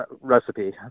recipe